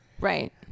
Right